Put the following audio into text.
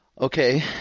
Okay